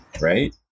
right